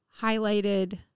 highlighted